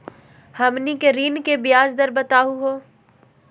हमनी के ऋण के ब्याज दर बताहु हो?